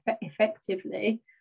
effectively